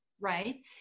right